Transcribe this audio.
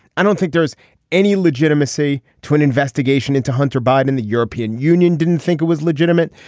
i don't think there's any legitimacy to an investigation into hunter biden in the european union didn't think it was legitimate.